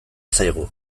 zaigu